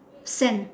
sand